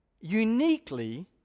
uniquely